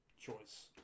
choice